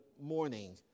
morning